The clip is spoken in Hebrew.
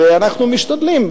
ואנחנו משתדלים,